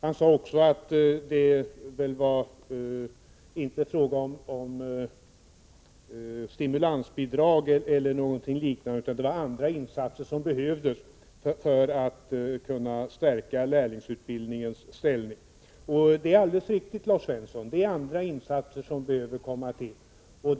Han sade vidare att det väl inte var stimulansbidrag eller någonting liknande utan andra insatser som behövdes för att kunna stärka lärlingsutbildningens ställning. Det är alldeles riktigt, Lars Svensson. Andra insatser behöver komma till.